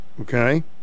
Okay